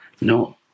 No